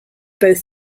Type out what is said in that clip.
both